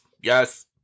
yes